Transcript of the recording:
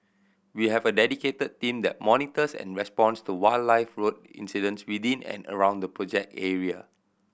we have a dedicated team that monitors and responds to wildlife road incidents within and around the project area